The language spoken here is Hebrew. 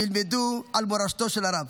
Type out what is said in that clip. ילמדו על מורשתו של הרב.